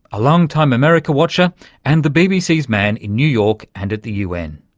a long-time america watcher and the bbc's man in new york and at the un.